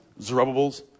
Zerubbabel's